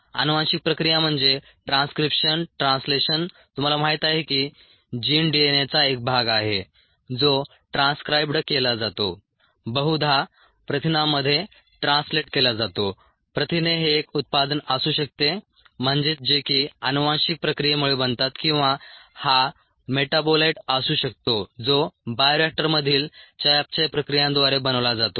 अनुवांशिक प्रक्रिया म्हणजे ट्रान्सक्रिप्शन ट्रान्सलेशन तुम्हाला माहित आहे की जीन डीएनएचा एक भाग आहे जो ट्रान्सक्राईब्ड केला जातो बहुधा प्रथिनांमध्ये ट्रान्सलेट केला जातो प्रथिने हे एक उत्पादन असू शकते म्हणजेच जे की आनुवांशिक प्रक्रियेमुळे बनतात किंवा हा मेटाबोलाइट असू शकतो जो बायोरिएक्टरमधील चयापचय प्रक्रियांद्वारे बनवला जातो